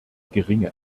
geringe